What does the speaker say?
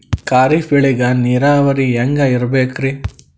ಖರೀಫ್ ಬೇಳಿಗ ನೀರಾವರಿ ಹ್ಯಾಂಗ್ ಇರ್ಬೇಕರಿ?